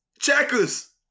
checkers